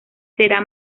será